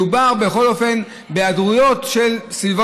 מדובר בכל אופן בהיעדרויות בסביבות